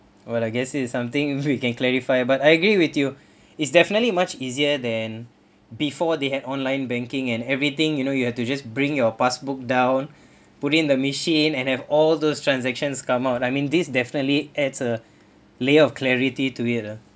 well I guess this is something we can clarify but I agree with you is definitely much easier than before they had online banking and everything you know you have to just bring your passbook down put in the machine and have all those transactions come out I mean this definitely adds a layer of clarity to it uh